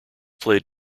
played